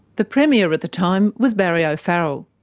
the premier at the time was barry o'farrell.